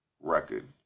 record